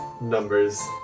numbers